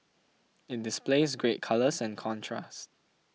it displays great colours and contrast